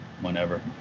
whenever